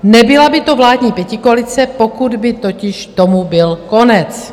Nebyla by to vládní pětikoalice, pokud by totiž tomu byl konec.